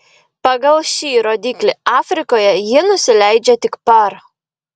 pagal šį rodiklį afrikoje ji nusileidžia tik par